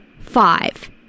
five